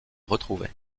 retrouver